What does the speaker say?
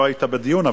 לא היית בדיון,